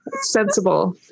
Sensible